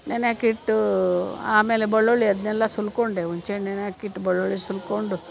ನೆನ್ಯಾಕ ಇಟ್ಟೂ ಆಮೇಲೆ ಬೆಳ್ಳುಳ್ಳಿ ಅದ್ನೆಲ್ಲ ಸುಲ್ಕೊಂಡೆ ಉಂಚೆನ್ ನೆನೆಯಾಕಿಟ್ಟು ಬೆಳ್ಳುಳ್ಳಿ ಸುಲ್ಕೊಂಡು